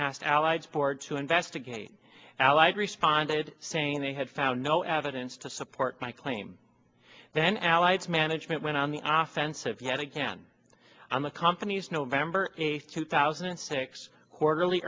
asked allied ford to investigate allied responded saying they had found no evidence to support my claim then allied management went on the ostensive yet again on the company's november two thousand and six quarterly